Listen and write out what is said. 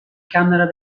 camera